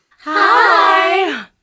Hi